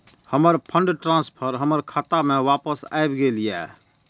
हमर fund transfer हमर खाता में वापस आब गेल या